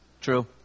True